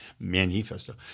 manifesto